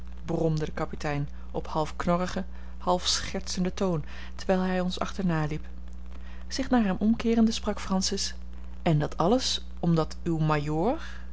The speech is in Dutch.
de kapitein op half knorrigen half schertsenden toon terwijl hij ons achterna liep zich naar hem omkeerende sprak francis en dat alles omdat uw